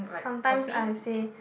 sometimes I say